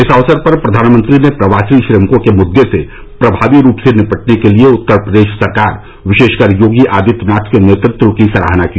इस अवसर पर प्रधानमंत्री ने प्रवासी श्रमिकों के मुद्दे से प्रभावी रूप से निपटने के लिए उत्तर प्रदेश सरकार विशेषकर योगी आदित्यनाथ के नेतृत्व की सराहना की